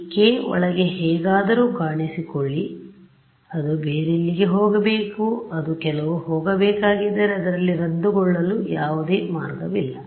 ಈ k ಒಳಗೆ ಹೇಗಾದರೂ ಕಾಣಿಸಿಕೊಳ್ಳಿ ಅದು ಬೇರೆಲ್ಲಿಗೆ ಹೋಗಬೇಕು ಅದು ಕೆಲವು ಹೋಗಬೇಕಾಗಿದ್ದರೆ ಅದರಲ್ಲಿ ರದ್ದುಗೊಳ್ಳಲು ಯಾವುದೇ ಮಾರ್ಗವಿಲ್ಲ